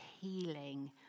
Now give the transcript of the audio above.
healing